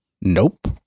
Nope